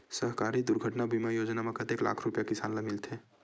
सहकारी दुर्घटना बीमा योजना म कतेक लाख रुपिया किसान ल मिलथे?